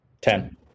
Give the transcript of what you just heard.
Ten